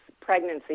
pregnancy